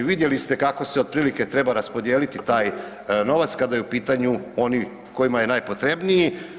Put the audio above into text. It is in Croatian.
Vidjeli ste kako se otprilike treba raspodijeliti taj novac kada je u pitanju oni kojima je najpotrebniji.